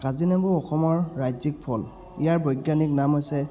কাজিনেমু অসমৰ ৰাজ্যিক ফল ইয়াৰ বৈজ্ঞানিক নাম হৈছে